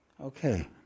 Okay